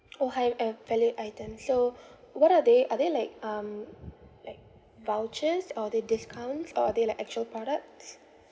orh high uh valued items so what are they are they like um like vouchers or are they discounts or are they like actual products